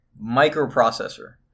microprocessor